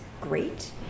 great